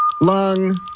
Lung